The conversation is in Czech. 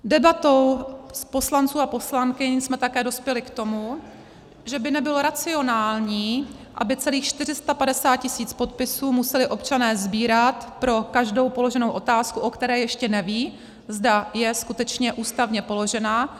Debatou poslanců a poslankyň jsme také dospěli k tomu, že by nebylo racionální, aby celých 450 tisíc podpisů museli občané sbírat pro každou položenou otázku, o které ještě nevědí, zda je skutečně ústavně položená.